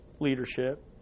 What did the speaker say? leadership